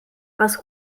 was